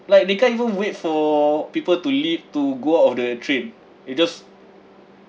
like they can't even wait for people to leave to go out of the train they just